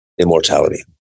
Immortality